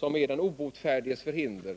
av den obotfärdiges förhinder.